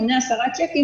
מונה 10 צ'קים,